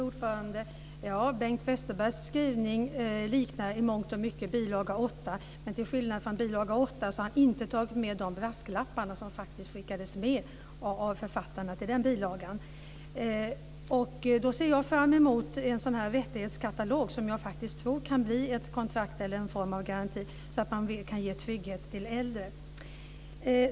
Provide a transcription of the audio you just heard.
Fru talman! Bengt Westerbergs skrivning liknar i mångt och mycket bilaga 8. Men till skillnad från i bilaga 8 har han inte tagit med de brasklappar som skickades med av författarna till den. Jag ser fram emot en sådan här rättighetskatalog, som jag faktiskt tror kan bli ett kontrakt eller en form av garanti så att man kan ge trygghet till äldre.